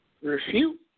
refute